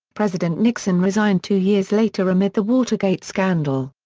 president nixon resigned two years later amid the watergate scandal.